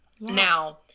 Now